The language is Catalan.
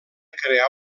crear